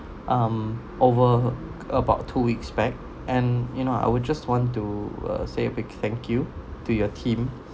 um over about two weeks back and you know I would just want to uh say a big thank you to your team